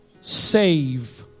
save